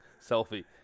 selfie